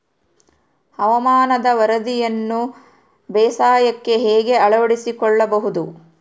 ಹವಾಮಾನದ ವರದಿಯನ್ನು ಬೇಸಾಯಕ್ಕೆ ಹೇಗೆ ಅಳವಡಿಸಿಕೊಳ್ಳಬಹುದು?